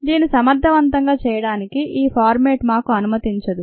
దీన్ని సమర్థవంతంగా చేయడానికి ఈ ఫార్మాట్ మాకు అనుమతించదు